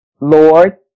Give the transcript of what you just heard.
Lord